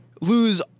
lose